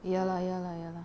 ya lah ya lah ya lah